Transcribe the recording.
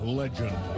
legend